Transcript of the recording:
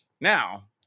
Now